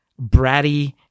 bratty